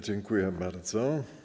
Dziękuję bardzo.